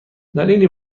دلیلی